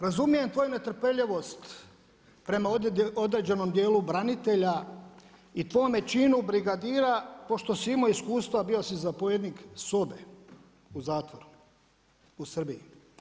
Razumijem tvoju netrpeljivost prema određenom dijelu branitelja i tvome činu brigadira pošto si imao iskustva, bio si zapovjednik sobe, u zatvoru, u Srbiji.